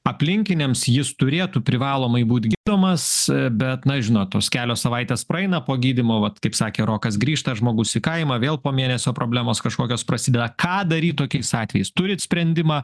aplinkiniams jis turėtų privalomai būt gydomas bet na žinot tos kelios savaitės praeina po gydymo vat kaip sakė rokas grįžta žmogus į kaimą vėl po mėnesio problemos kažkokios prasideda ką daryt tokiais atvejais turit sprendimą